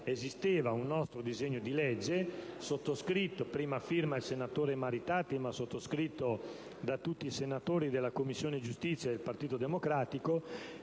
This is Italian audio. esisteva un nostro disegno di legge, a prima firma del senatore Maritati, e sottoscritto da tutti i senatori della Commissione giustizia del Partito Democratico,